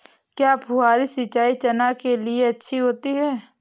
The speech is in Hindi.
क्या फुहारी सिंचाई चना के लिए अच्छी होती है?